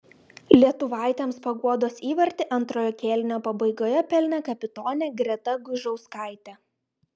lietuvaitėms paguodos įvartį antrojo kėlinio pabaigoje pelnė kapitonė greta guižauskaitė